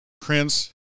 Prince